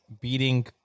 beating